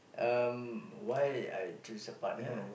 um why I choose a partner